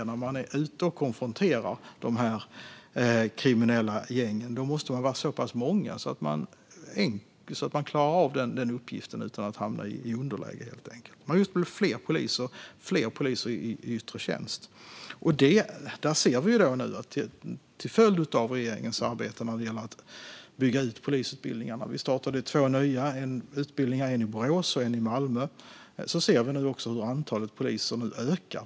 När man är ute och konfronterar de kriminella gängen måste man helt enkelt vara så pass många att man klarar av den uppgiften utan att hamna i underläge. Det handlar just om fler poliser, fler poliser i yttre tjänst. Till följd av regeringens arbete med att bygga ut polisutbildningarna - vi startade två nya utbildningar, en i Borås och en i Malmö - ser vi nu hur antalet poliser ökar.